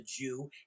Jew